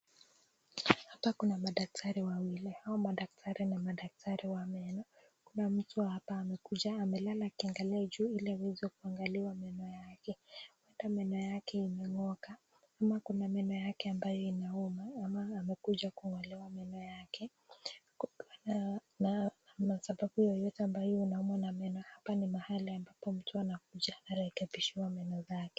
Hapa kuna madaktari wawili, hao madaktari ni madaktari wa meno, kuna mtu hapa amekuja amelala kuangalia juu ili aweze kuangaliwa meno yake, labda meno yake imenyooka, kuna meno yake inaonwa amekuja kungolewa meno yake ukiwa na sababu yeyote ambayo unaumwa na meno hapa ni mahali ambapo mtu anakuja arekepishiwe meno zake.